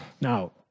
Now